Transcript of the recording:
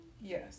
yes